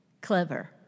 Clever